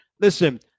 Listen